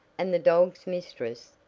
and the dog's mistress,